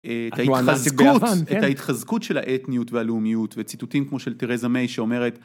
את ההתחזקות של האתניות והלאומיות וציטוטים כמו של תרזה מיי שאומרת